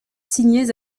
signés